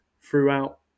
throughout